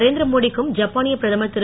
நரேந்திர மோடி க்கும் ஜப்பானியப் பிரதமர் திரு